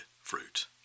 fruit